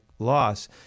loss